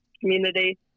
community